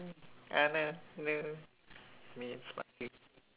oh no no